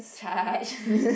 charge